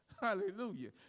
Hallelujah